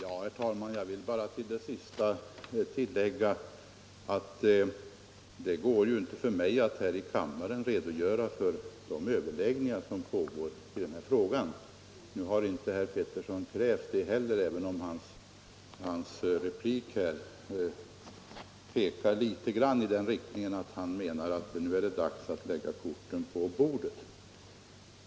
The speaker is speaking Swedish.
Herr talman! Till detta sista vill jag bara lägga att jag givetvis inte här i kammaren kan redogöra för de överläggningar som pågår i denna fråga. Det har inte herr Petersson i Röstånga heller krävt, även om hans replik tydde på att han menar att det nu är dags att lägga korten på bordet.